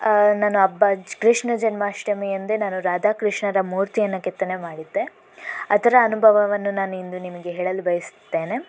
ನಾನು ಹಬ್ಬ ಕೃಷ್ಣ ಜನ್ಮಾಷ್ಟಮಿ ಅಂದೇ ನಾನು ರಾಧಾಕೃಷ್ಣರ ಮೂರ್ತಿಯನ್ನು ಕೆತ್ತನೆ ಮಾಡಿದ್ದೆ ಅದರ ಅನುಭವವನ್ನು ನಾನಿಂದು ನಿಮಗೆ ಹೇಳಲು ಬಯಸ್ತೇನೆ